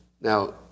Now